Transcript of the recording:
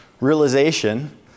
realization